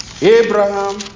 Abraham